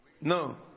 No